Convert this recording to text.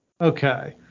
Okay